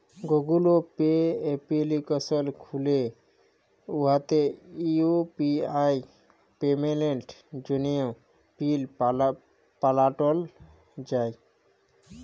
Google pay application খ্যুলে উয়াতে UPI পেমেল্টের জ্যনহে পিল পাল্টাল যায়